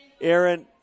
Aaron